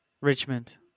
Richmond